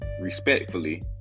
respectfully